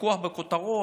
ויכוח בכותרות.